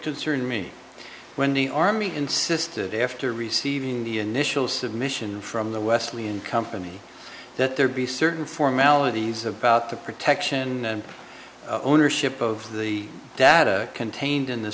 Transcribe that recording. turn me when the army insisted after receiving the initial submission from the wesley and company that there be certain formalities about the protection and ownership of the data contained in the